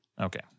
Okay